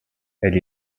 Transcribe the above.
elle